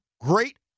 great